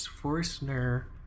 Forstner